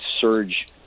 surge